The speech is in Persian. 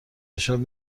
نشان